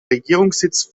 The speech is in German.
regierungssitz